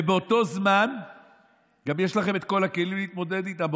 ובאותו זמן יש לכם גם את כל הכלים להתמודד איתו,